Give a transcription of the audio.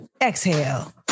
Exhale